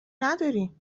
نداریم